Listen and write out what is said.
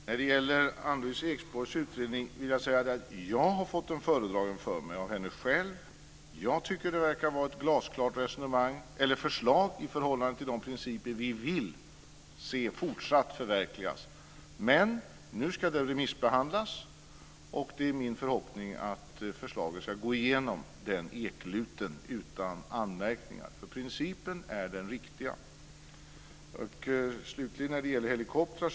Fru talman! När det gäller Ann-Louise Ekborgs utredning har jag fått den föredragen för mig av henne själv. Jag tycker att det verkar vara ett glasklart förslag i förhållande till de principer vi vill se fortsatt förverkligas. Men nu ska utredningen remissbehandlas. Det är min förhoppning att förslaget ska gå igenom den ekluten utan anmärkningar. Principen är den riktiga. Slutligen till frågan om helikoptrar.